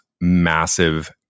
massive